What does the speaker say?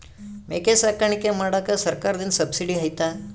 ಮೇಕೆ ಸಾಕಾಣಿಕೆ ಮಾಡಾಕ ಸರ್ಕಾರದಿಂದ ಸಬ್ಸಿಡಿ ಐತಾ?